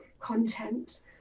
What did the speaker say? content